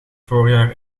voorjaar